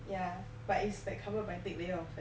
yeah but it's like covered by thick layer of fat